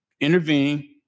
intervene